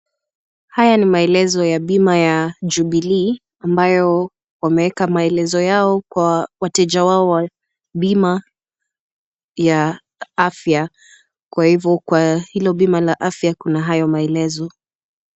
Haya ni maelezo ya bima ya Jubilee ambayo wameweka maelezo yao kwa wateja wao wa bima ya afya kwa hivyo kwa hilo bima la afya kuna hayo maelezo .